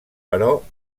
però